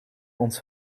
ons